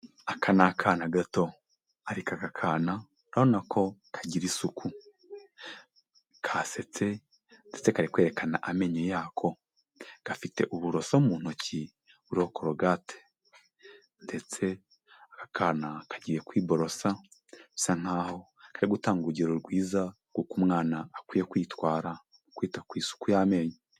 Aka ni akana gato, ariko aka kana urabonako kagira isuku, kasetse ndetse kari kwerekana amenyo yako, gafite uburoso mu ntoki buriho korogati, ndetse aka kana kagiye kwiborosa, bisa nk'aho kari gutanga urugero rwiza rw'uko umwana akwiye kwitwara, kwita ku isuku y'amenyo.